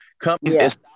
companies